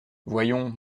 voyons